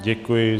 Děkuji.